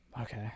Okay